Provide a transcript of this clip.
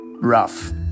rough